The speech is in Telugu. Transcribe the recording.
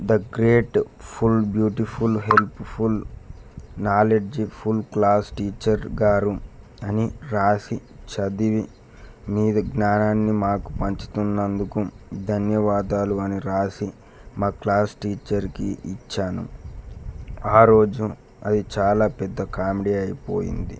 the grateful beautiful helpful knowledgeful class teacher గారు అని వ్రాసి చదివి మీ విజ్ఞానాన్ని మాకు పంచుతున్నందుకు ధన్యవాదాలు అని వ్రాసి మా క్లాస్ టీచర్కి ఇచ్చాను ఆరోజు అది చాలా పెద్ద కా అయిపోయింది